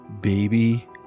baby